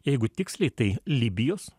jeigu tiksliai tai libijos